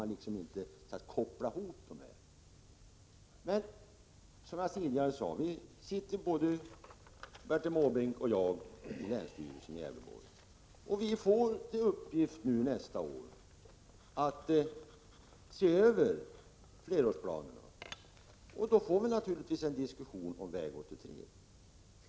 Man kan inte koppla ihop de här två sakerna. Som jag sade tidigare sitter både Bertil Måbrink och jag i länsstyrelsens styrelse i Gävleborgs län. Vi får tillfälle nästa år att se över flerårsplanen, och då får vi naturligtvis en diskussion om väg 83.